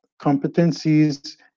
competencies